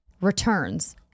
returns